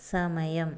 സമയം